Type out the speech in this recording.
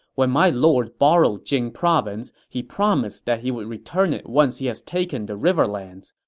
when my lord borrowed jing province, he promised that he would return it once he has taken the riverlands.